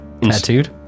tattooed